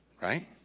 Right